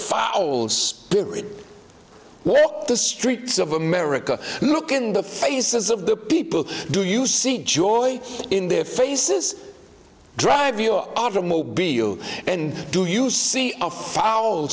look the streets of america look in the faces of the people do you see joy in their faces drive your automobile and do you see a foul